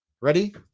Ready